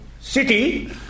city